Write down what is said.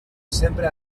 sempre